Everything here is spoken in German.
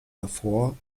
davor